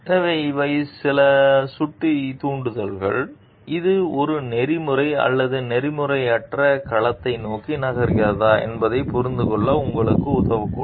எனவே இவை சில சுட்டிகள் தூண்டுதல்கள் இது ஒரு நெறிமுறை அல்லது நெறிமுறையற்ற களத்தை நோக்கி நகர்கிறதா என்பதைப் புரிந்துகொள்ள உங்களுக்கு உதவக்கூடும்